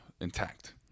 intact